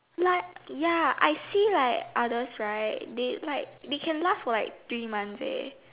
like ya I see like others right they like they can last for three months eh